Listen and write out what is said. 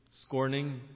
scorning